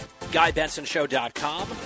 GuyBensonShow.com